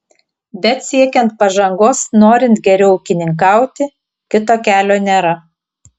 bet siekiant pažangos norint geriau ūkininkauti kito kelio nėra